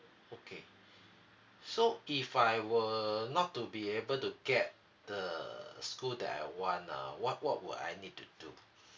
okay so if I were not to be able to get the school that I want uh what what would I need to do